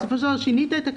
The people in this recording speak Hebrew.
בסופו של דבר שינית את הכללים.